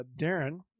Darren